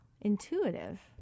intuitive